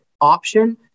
option